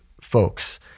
folks